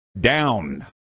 down